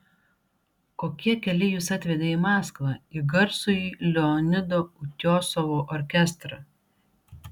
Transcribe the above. kokie keliai jus atvedė į maskvą į garsųjį leonido utiosovo orkestrą